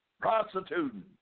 prostituting